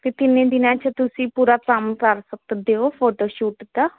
ਵੀ ਕਿੰਨੇ ਦਿਨਾਂ ਚ ਤੁਸੀਂ ਪੂਰਾ ਕੰਮ ਕਰ ਸਕਦੇ ਹੋ ਫੋਟੋ ਸ਼ੂਟ ਦਾ